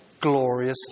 glorious